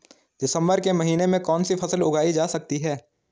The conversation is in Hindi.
दिसम्बर के महीने में कौन सी फसल उगाई जा सकती है?